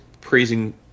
praising